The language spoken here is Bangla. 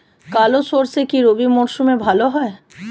কালো সরষে কি রবি মরশুমে ভালো হয়?